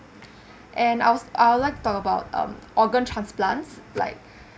and I'll I would like talk about um organ transplants like